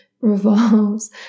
revolves